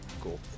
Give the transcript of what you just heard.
Cool